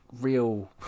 Real